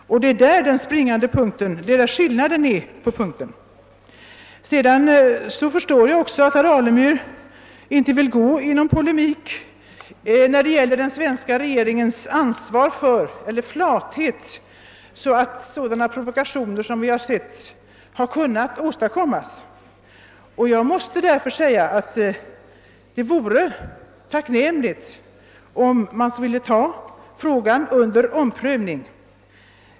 Detta är den springande punkten. Vidare förstår jag att herr Alemyr inte vill gå in på någon polemik beträffande den svenska regeringens ansvar — eller flathet är kanske ett mera adekvat begrepp i detta sammanhang — för uppkomsten av sådana provokationer som vi har fått bevittna. Jag vill därför framhålla att det skulle vara tacknämligt om den här frågan kunde omprövas.